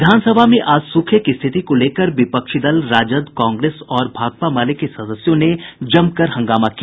विधानसभा में आज सूखे की स्थिति को लेकर विपक्षी दल राजद कांग्रेस और भाकपा माले के सदस्यों ने जमकर हंगामा किया